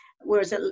whereas